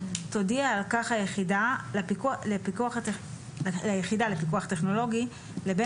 תודיע על כך היחידה לפיקוח טכנולוגי לבן